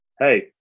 hey